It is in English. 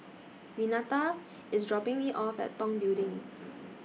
Renata IS dropping Me off At Tong Building